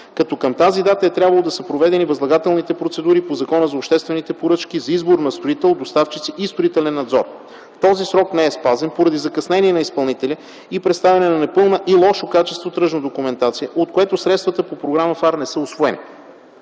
като към тази дата е трябвало да са проведени възлагателните процедури по Закона за обществените поръчки за избор на строител, доставчици и строителен надзор. Този срок не е спазен поради закъснение на изпълнителя и представяне на непълна и с лошо качество тръжна документация, от което средствата по програма ФАР не са усвоени.